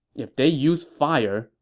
if they use fire,